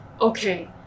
okay